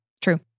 True